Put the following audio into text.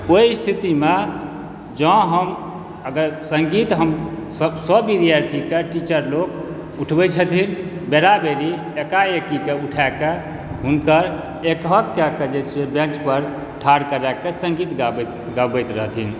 ओहि स्थितिमे जँ हम अगर सङ्गीत हमसभ सभ विद्यार्थीकेँ टीचर लोक उठबैत छथिन बेराबेरी एकाएकी कऽ उठाए कऽ हुनकर एकहक कऽ के जे छै बेँचपर ठाढ़ करा कऽ सङ्गीत गाबैत गबबैत रहथिन